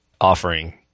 offering